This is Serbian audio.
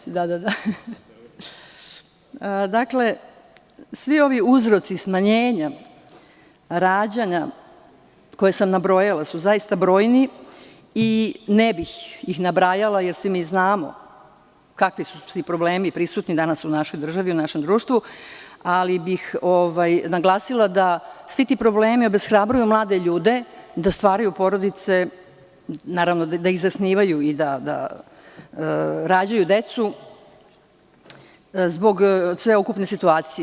Svi ovi uzroci smanjenja rađanja koje sam nabrojala su zaista brojni i ne bih ih nabrajala jer svi mi znamo kakvi su sve problemi prisutni danas u našoj državi, u našem društvu, ali bih naglasila da svi ti problemi obeshrabruju mlade ljude da stvaraju porodice, da ih zasnivaju i da rađaju decu, zbog sveukupne situacije.